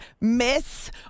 miss